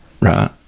right